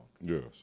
Yes